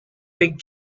fig